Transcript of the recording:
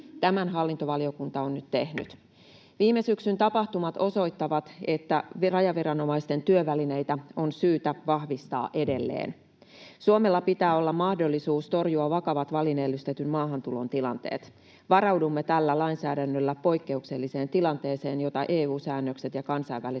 Tämän hallintovaliokunta on nyt tehnyt. Viime syksyn tapahtumat osoittavat, että rajaviranomaisten työvälineitä on syytä vahvistaa edelleen. Suomella pitää olla mahdollisuus torjua vakavat välineellistetyn maahantulon tilanteet. Varaudumme tällä lainsäädännöllä poikkeukselliseen tilanteeseen, jota EU-säännökset ja kansainväliset